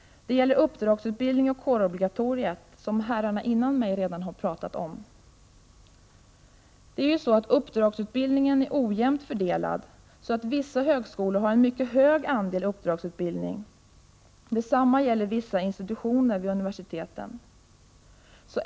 Det gäller uppdragsutbildning och kårobligatoriet, som herrarna före mig redan har talat om. Uppdragsutbildningen är ojämnt fördelad, så att vissa högskolor har en mycket hög andel uppdragsutbildning. Detsamma gäller vissa institutioner vid universiteten.